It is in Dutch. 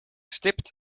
stipt